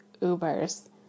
Ubers